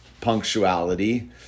punctuality